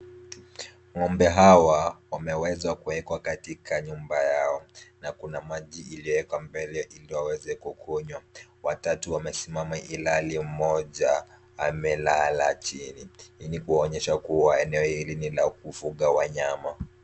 Ng'ombe hawa wameweza kuwekwa katika nyumba yao na kuna maji iliyowekwa mbele ili waweze kukunywa. Watatu wamesimama ilhali mmoja amelala chini, kuonyesha kuwa eneo hili ni la kufuga wanyama.